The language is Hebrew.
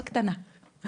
בקטנה.